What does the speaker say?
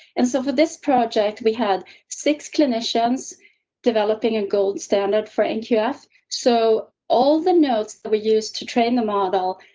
and so for this project, we had six clinicians developing a gold standard for and so all the notes that we use to train the model,